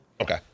Okay